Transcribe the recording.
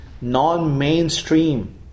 non-mainstream